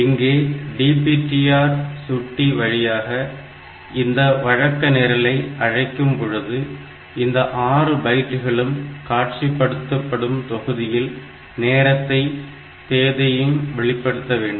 இங்கே DPTR சுட்டி வழியாக இந்த வழக்க நிரலை அழைக்கும் பொழுது இந்த ஆறு பைட்களும் காட்சிப்படுத்தும் தொகுதியில் நேரத்தையும் தேதியையும் வெளிப்படுத்த வேண்டும்